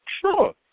sure